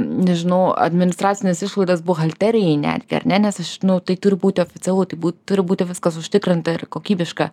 nežinau administracines išlaidas buhalterijai netgi ar ne nes aš nu tai turi būti oficialu tai būti viskas užtikrinta ir kokybiška